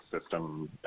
system